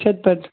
Chetpet